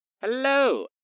Hello